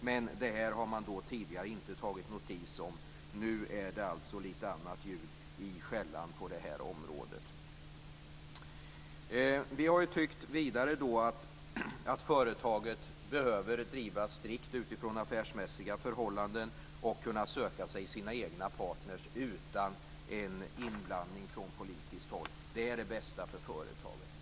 Men det har man tidigare inte tagit notis om. Nu är det lite annat ljud i skällan på det här området. Vi har också tyckt att företaget behöver drivas utifrån strikt affärsmässiga förhållanden och kunna söka sig sina egna partner utan en inblandning från politiskt håll. Det är det bästa för företaget.